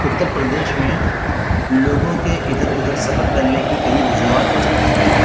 اتّر پردیش میں لوگوں کے ادھر ادھر سفر کرنے کی کئی وجوہات ہو سکتی ہیں